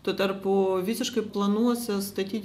tuo tarpu visiškai planuose statyti